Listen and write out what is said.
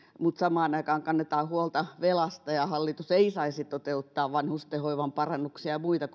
mutta samaan aikaan kannetaan huolta velasta ja hallitus ei ilmeisesti kokoomuksen mielestä saisi toteuttaa vanhustenhoivan parannuksia ja muita